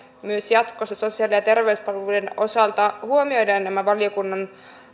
myös jatkossa sosiaali ja terveyspalvelujen osalta huomioidaan nämä valiokunnan